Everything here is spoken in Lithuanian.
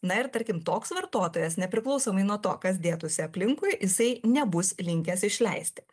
na ir tarkim toks vartotojas nepriklausomai nuo to kas dėtųsi aplinkui jisai nebus linkęs išleisti